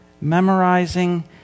memorizing